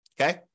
Okay